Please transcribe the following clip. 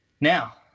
now